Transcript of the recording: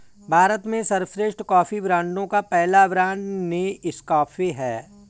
भारत में सर्वश्रेष्ठ कॉफी ब्रांडों का पहला ब्रांड नेस्काफे है